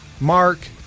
Mark